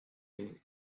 the